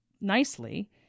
nicely